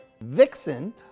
Vixen